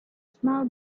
small